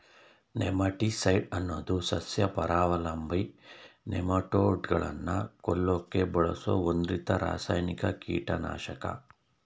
nematicide ಅನ್ನೋದು ಸಸ್ಯಪರಾವಲಂಬಿ ನೆಮಟೋಡ್ಗಳನ್ನ ಕೊಲ್ಲಕೆ ಬಳಸೋ ಒಂದ್ರೀತಿ ರಾಸಾಯನಿಕ ಕೀಟನಾಶಕ